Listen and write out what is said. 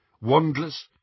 Wandless